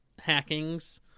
hackings